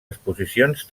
exposicions